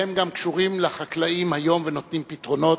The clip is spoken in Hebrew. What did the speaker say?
שהם גם קשורים לחקלאים היום ונותנים פתרונות.